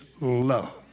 love